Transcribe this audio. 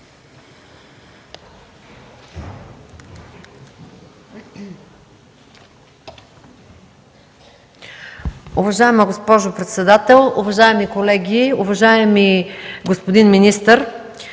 Уважаеми господин председател, уважаеми колеги! Уважаеми господин министър,